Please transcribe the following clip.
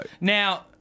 Now